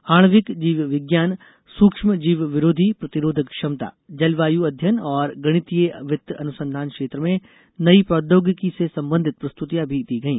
आणविक जीव विज्ञान सूक्ष्मजीवरोधी प्रतिरोधक क्षमता जलवायु अध्ययन और गणितीय वित्त अनुसंधान क्षेत्र में नई प्रौद्योगिकी से संबंधित प्रस्तुतियां भी दी गई